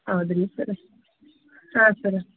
ಹೌದ್ರೀ ಸರ ಹಾಂ ಸರ